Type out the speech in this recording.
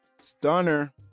stunner